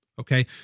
Okay